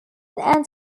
end